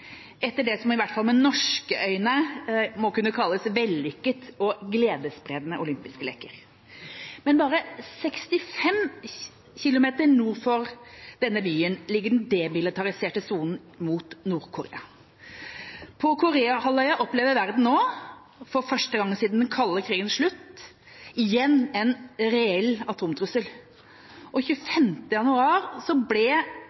etter det som i hvert fall med norske øyne må kunne kalles vellykkede og gledesspredende olympiske leker. Men bare 65 kilometer nord for denne byen ligger den demilitariserte sonen mot Nord-Korea. På Korea-halvøya opplever verden nå for første gang siden den kalde krigens slutt igjen en reell atomtrussel. Den 25. januar ble